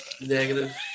Negative